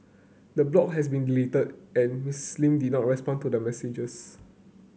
the blog has been deleted and Miss Lee did not respond to messages